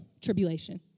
tribulation